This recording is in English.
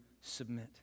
submit